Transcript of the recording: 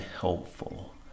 helpful